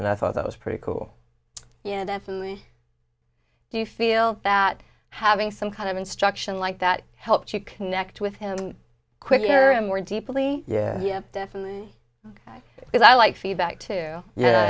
and i thought that was pretty cool yeah definitely do you feel that having some kind of instruction like that helps you connect with him quicker and more deeply yeah definitely because i like feedback too yeah